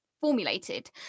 formulated